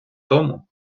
тому